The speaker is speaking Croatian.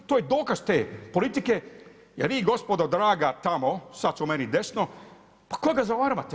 To je dokaz te politike jer vi gospodo draga tamo, sada su meni desno, pa koga zavaravate.